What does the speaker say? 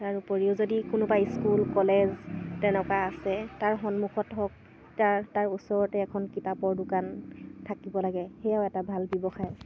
তাৰ উপৰিও যদি কোনোবা স্কুল কলেজ তেনেকুৱা আছে তাৰ সন্মুখত হওক তাৰ তাৰ ওচৰতে এখন কিতাপৰ দোকান থাকিব লাগে সেয়াও এটা ভাল ব্যৱসায়